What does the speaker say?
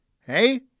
Hey